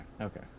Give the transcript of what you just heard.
okay